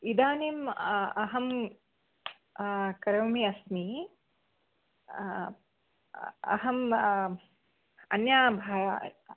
इदानीं अहं करोमि अस्मि अहं अन्या भा